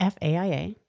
FAIA